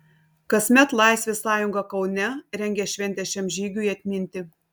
kasmet laisvės sąjunga kaune rengia šventę šiam žygiui atminti